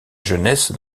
jeunesse